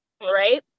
right